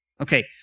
Okay